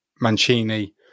Mancini